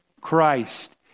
Christ